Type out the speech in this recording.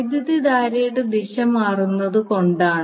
വൈദ്യുതധാരയുടെ ദിശ മാറുന്നതുകൊണ്ടാണ്